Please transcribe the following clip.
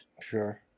Sure